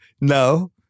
no